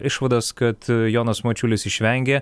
išvadas kad jonas mačiulis išvengė